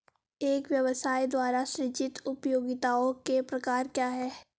एक व्यवसाय द्वारा सृजित उपयोगिताओं के प्रकार क्या हैं?